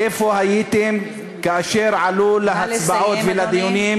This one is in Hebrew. איפה הייתם כאשר עלו להצבעות ולדיונים